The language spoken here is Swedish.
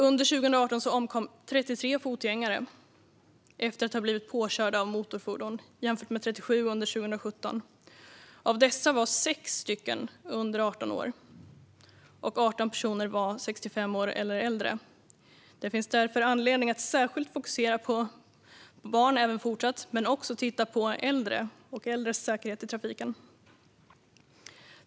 Under 2018 omkom 33 fotgängare efter att ha blivit påkörda av motorfordon jämfört med 37 under 2017. Av dessa var 6 under 18 år och 18 personer var 65 år eller äldre. Det finns därför anledning att även fortsatt särskilt fokusera på barn men även titta på äldres säkerhet i trafiken.